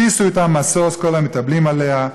שישו אתה משוש כל המתאבלים עליה".